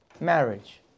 marriage